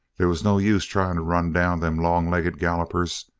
they was no use trying to run down them long-legged gallopers.